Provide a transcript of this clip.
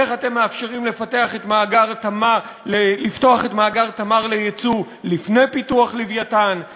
איך אתם מאפשרים לפתוח את מאגר "תמר" ליצוא לפני פיתוח "לווייתן";